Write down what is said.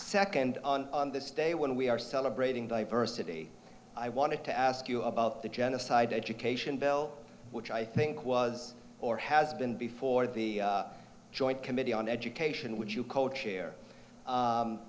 second on this day when we are celebrating diversity i wanted to ask you about the genocide education bill which i think was or has been before the joint committee on education would you co chair